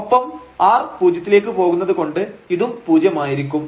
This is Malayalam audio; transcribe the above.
ഒപ്പം r പൂജ്യത്തിലേക്ക് പോകുന്നതു കൊണ്ട് ഇതും പൂജ്യമായിരിക്കും